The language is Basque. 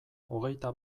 hogeita